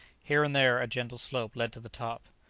here and there a gentle slope led to the top.